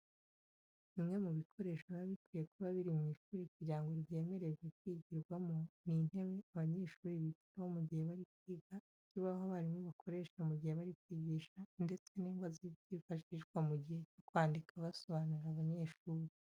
Bimwe mu bikoresho biba bikwiye kuba biri mu ishuri kugira ngo ryemererwe kwigirwamo, ni intebe abanyeshuri bicaraho mu gihe bari kwiga, ikibaho abarimu bakoresha mu gihe bari kwigisha, ndetse n'ingwa zifashishwa mu gihe cyo kwandika basobanurira abanyeshuri.